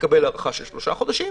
יקבל הארכה של שלושה חודשים,